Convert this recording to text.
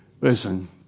Listen